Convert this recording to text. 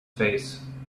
face